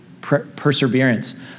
perseverance